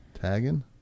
Tagging